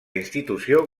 institució